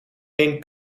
een